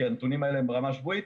כי הנתונים האלה הם ברמה שבועית,